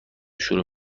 شروع